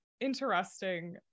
interesting